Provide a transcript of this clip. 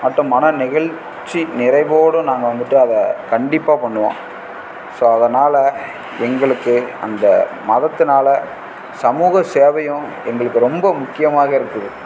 மட்டும் மன நெகிழ்ச்சி நிறைவோடும் நாங்கள் வந்துட்டு அதை கண்டிப்பாக பண்ணுவோம் ஸோ அதனால் எங்களுக்கு அந்த மதத்துனால் சமூக சேவையும் எங்களுக்கு ரொம்ப முக்கியமாக இருக்குது